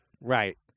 Right